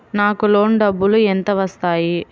నాకు లోన్ డబ్బులు ఎంత వస్తాయి?